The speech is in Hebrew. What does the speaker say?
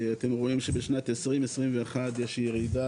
אתם רואים שבשנת 2021 יש ירידה,